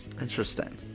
Interesting